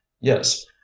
yes